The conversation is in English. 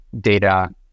data